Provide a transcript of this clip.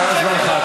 תם זמנך.